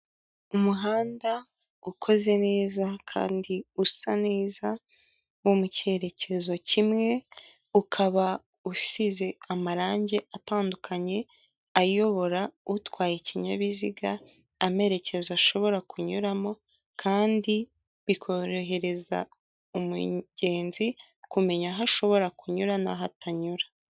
Umuhanda ukoze neza kandi usa neza, mu cyerekezo kimwe. Ukaba usize amarangi atandukanye, ayobora utwaye ikinyabiziga, amerekezo ashobora kunyuramo, kandi bikorohereza umugenzi kumenya aho ashobora kunyura naho atanyura.